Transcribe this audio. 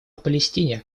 палестине